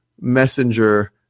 messenger